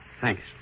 Thanks